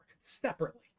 separately